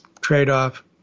trade-off